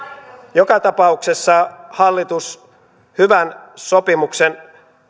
joka tapauksessa hallitus hyvän sopimuksen jatkokäsittelyssä